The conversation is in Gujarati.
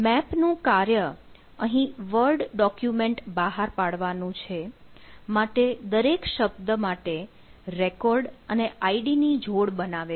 મેપ નું કાર્ય અહીં વર્ડ ડોક્યુમેન્ટ બહાર પાડવાનું છે માટે દરેક શબ્દ માટે રેકોર્ડ અને આઈડી ની જોડ બનાવે છે